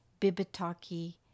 bibitaki